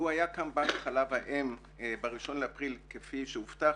לו היה כאן בנק חלב אם ב-1 באפריל כפי שהובטח,